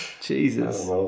jesus